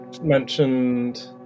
mentioned